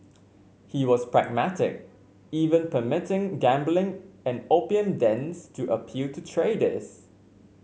he was pragmatic even permitting gambling and opium dens to appeal to traders